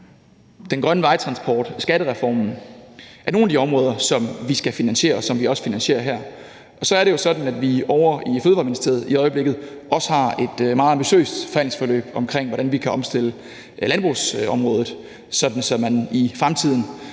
Den grønne vejtransport og skattereformen er nogle af de områder, som vi skal finansiere, og som vi også finansierer her. Så er det jo sådan, at vi ovre i Fødevareministeriet i øjeblikket også har et meget ambitiøst forhandlingsforløb om, hvordan vi kan omstille landbrugsområdet, sådan at man i fremtiden